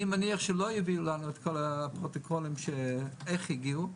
אני מניח שלא יביאו לנו את כל הפרוטוקולים של איך הם הגיעו לזה,